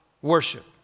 Worship